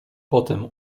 potem